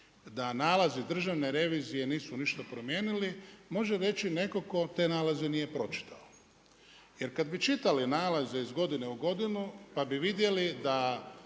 da nalazi Državne revizije nisu ništa promijenili može reći netko tko te nalaze nije pročitao. Jer kad bi čitali nalaze iz godine u godinu, pa vi vidjeli da